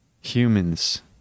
humans